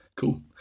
Cool